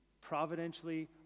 providentially